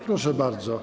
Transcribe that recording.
Proszę bardzo.